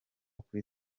kuri